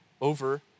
over